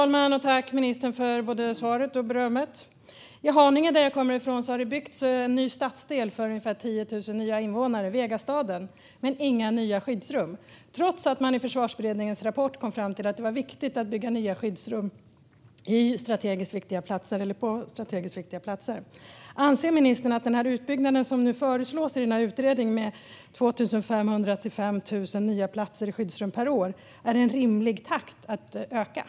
Fru talman! Tack, ministern, för både svaret och berömmet! I Haninge, som jag kommer ifrån, har det byggts en ny stadsdel för ungefär 10 000 nya invånare, Vegastaden, men inga nya skyddsrum, trots att man i Försvarsberedningens rapport kom fram till att det är viktigt att bygga nya skyddsrum på strategiskt viktiga platser. Anser ministern att utbyggnaden med 2 500-5 000 nya platser i skyddsrum per år, som nu föreslås i utredningen, är en rimlig ökningstakt?